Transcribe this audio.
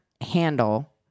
handle